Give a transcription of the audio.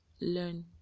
learn